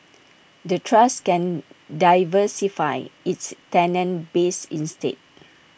the trust can diversify its tenant base instead